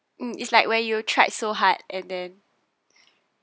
mm it's like when you tried so hard and then